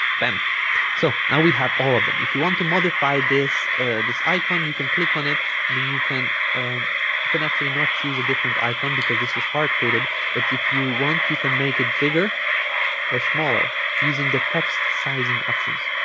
bam so now we have all of them if you want to modify this this icon you can click on it and then you can you can actually not choose a different icon because this was hard coded but if you want you can make it bigger or smaller using the text sizing options